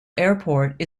airport